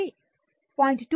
కాబట్టి 0